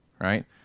right